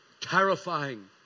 Terrifying